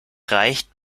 reicht